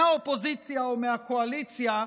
מהאופוזיציה או מהקואליציה,